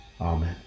Amen